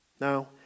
Now